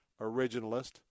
originalist